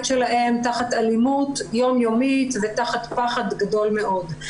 שלהם תחת אלימות יום יומית ותחת פחד גדול מאוד.